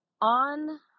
on